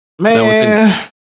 Man